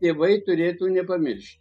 tėvai turėtų nepamiršt